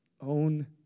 own